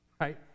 right